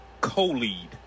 Co-lead